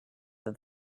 that